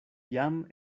jam